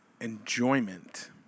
enjoyment